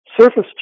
surface